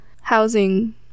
housing